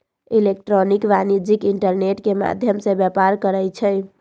electronic वाणिज्य internet के माध्यम से व्यापार करइ छै